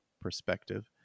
perspective